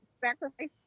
sacrifice